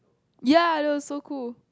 ya that was so cool